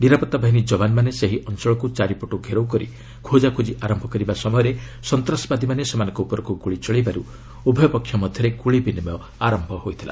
ନିରାପତ୍ତା ବାହିନୀ ଯବାନମାନେ ସେହି ଅଞ୍ଚଳକୁ ଚାରିଙ୍ଗଟଭ ଘେରାଉ କରି ଖୋକାଖୋଜି ଆରମ୍ଭ କରିବା ସମୟରେ ସନ୍ତାସବାଦୀମାନେ ସେମାନଙ୍କ ଉପରକୁ ଗୁଳି ଚଳାଇବାରୁ ଉଭୟ ପକ୍ଷ ମଧ୍ୟରେ ଗୁଳି ବିନିମୟ ହୋଇଥିଲା